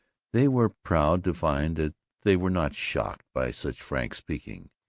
they were proud to find that they were not shocked by such frank speaking.